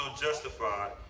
justified